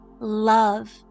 love